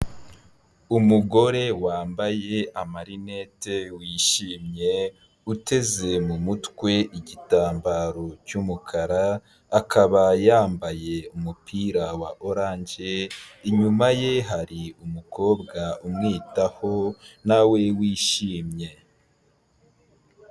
Umugore wambaye amarinete wishimye uteze mu mutwe igitambaro cy'umukara, akaba yambaye umupira wa oranje inyuma ye hari umukobwa umwitaho nawe wishimye.